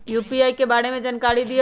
UPI के बारे में जानकारी दियौ?